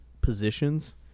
positions